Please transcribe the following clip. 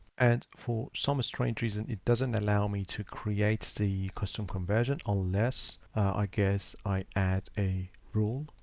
and for some strange reason, it doesn't allow me to create the custom conversion unless i guess i add a rule.